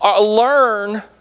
learn